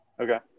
Okay